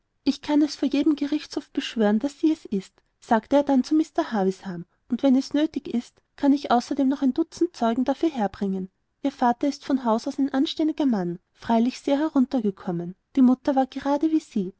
ich kann es vor jedem gerichtshof beschwören daß sie es ist sagte er dann zu mr havisham und wenn es nötig ist kann ich außerdem noch ein dutzend zeugen dafür beibringen ihr vater ist von haus aus ein anständiger mann freilich sehr heruntergekommen die mutter war gerade wie sie